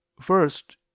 first